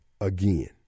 again